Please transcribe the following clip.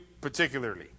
particularly